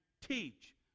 teach